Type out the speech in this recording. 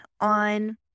on